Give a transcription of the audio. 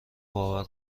باور